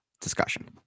discussion